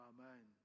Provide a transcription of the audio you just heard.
Amen